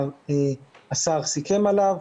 והשר כבר סיכם עליו.